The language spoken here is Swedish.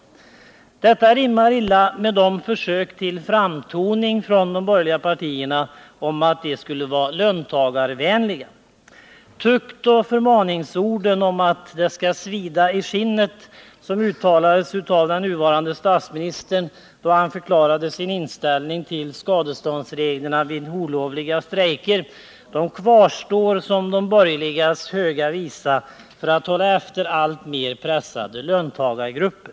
Detta rimmar illa med de borgerliga partiernas försök till framtoning som löntagarvänliga. Tuktoch förmaningsorden ”det skall svida i skinnet”, som uttalades av den nuvarande statsministern, då han förklarade sin inställning till skadeståndsreglerna vid olovliga strejker, kvarstår som de borgerligas ”höga visa” för att hålla efter alltmer pressade löntagargrupper.